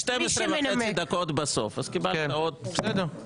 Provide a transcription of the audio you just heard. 12 וחצי דקות בסוף, אז קיבלת עוד --- בסדר.